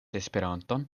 esperanton